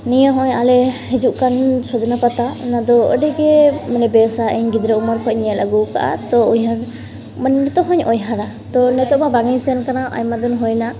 ᱱᱤᱭᱟᱹ ᱦᱚᱜᱼᱚᱸᱭ ᱟᱞᱮ ᱦᱤᱡᱩᱜ ᱠᱟᱱ ᱥᱚᱡᱽᱱᱮ ᱯᱟᱛᱟ ᱚᱱᱟᱫᱚ ᱟᱹᱰᱤᱜᱮ ᱢᱟᱱᱮ ᱵᱮᱥᱟ ᱤᱧ ᱜᱤᱫᱽᱨᱟᱹ ᱩᱢᱮᱨ ᱠᱷᱚᱡᱤᱧ ᱧᱮᱞ ᱟᱹᱜᱩᱣᱠᱟᱜᱼᱟ ᱛᱚ ᱩᱭᱦᱟᱹᱨ ᱱᱤᱛᱚᱜ ᱦᱚᱸᱧ ᱩᱭᱦᱟᱹᱨᱟ ᱛᱚ ᱱᱤᱛᱚᱜ ᱢᱟ ᱵᱟᱝᱤᱧ ᱥᱮᱱ ᱟᱠᱟᱱᱟ ᱟᱭᱢᱟᱫᱤᱱ ᱦᱩᱭᱮᱱᱟ